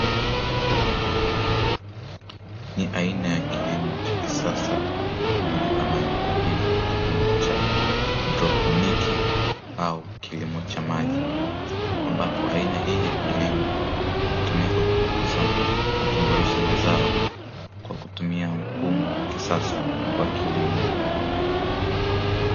Ni aina ya kilimo cha kisasa ijulikanayo kwa jina la kilimo cha haidroponiki au kilimo cha maji ambapo, aina hii ya kilimo hutumika kukuza na kuboresha mazao kwa kutumia mfumo wa kisasa wa kilimo.